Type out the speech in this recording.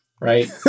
right